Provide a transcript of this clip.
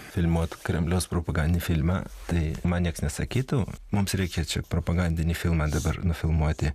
filmuot kremliaus propagandinį filmą tai man nieks nesakytų mums reikia čia propagandinį filmą dabar nufilmuoti